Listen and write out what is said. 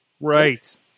Right